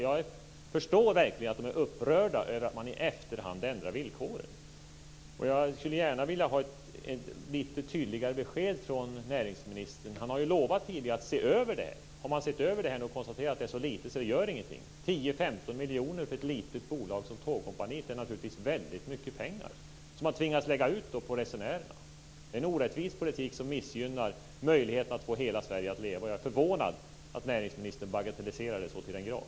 Jag förstår verkligen att man är upprörd över att villkoren i efterhand ändras. Jag skulle gärna vilja ha ett lite tydligare besked från näringsministern. Han har ju tidigare lovat att se över det här. Har man nu sett över det här och konstaterat att det är så lite att det inte gör någonting? 10-15 miljoner för ett litet bolag som Tågkompaniet är naturligtvis väldigt mycket pengar som man tvingas lägga ut på resenärerna. Det är en orättvis politik som missgynnar möjligheterna att få hela Sverige att leva. Jag är förvånad över att näringsministern bagatelliserar det så till den grad.